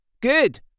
Good